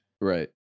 Right